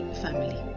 family